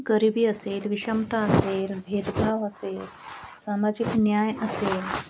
गरिबी असेल विषमता असेल भेदभाव असेल सामाजिक न्याय असेल